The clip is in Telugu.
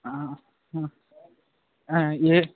ఇవి